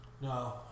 No